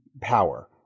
power